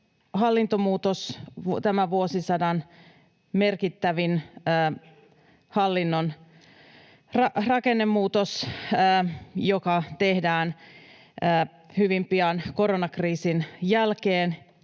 tämän vuosisadan merkittävin hallinnon rakennemuutos, joka tehdään hyvin pian koronakriisin jälkeen